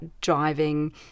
driving